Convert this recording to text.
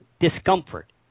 discomfort